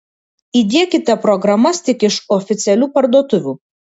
įdiekite programas tik iš oficialių parduotuvių